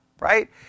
right